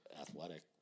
athletic